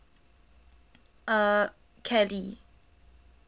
uh kelly